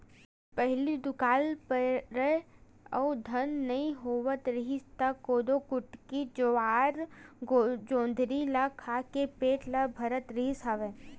पहिली दुकाल परय अउ धान नइ होवत रिहिस त कोदो, कुटकी, जुवाड़, जोंधरी ल खा के पेट ल भरत रिहिस हवय